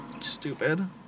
Stupid